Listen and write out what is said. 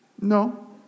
no